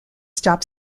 stop